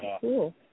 cool